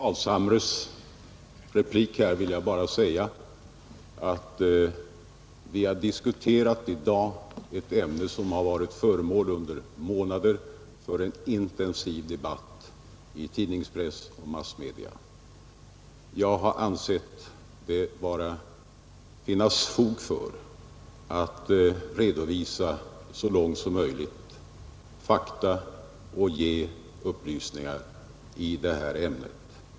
Herr talman! Med anledning av herr Carlshamres replik vill jag säga att vi har i dag diskuterat ett ämne, som under månader har varit föremål för intensiv debatt i tidningspressen och massmedierna, och jag har ansett det finnas fog för att så långt som möjligt redovisa fakta och ge upplysningar i detta ämne.